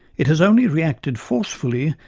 it has only reacted forcefully,